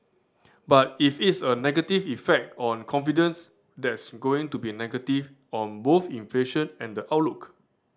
but if it's a negative effect on confidence that's going to be negative on both inflation and the outlook